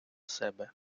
себе